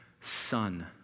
son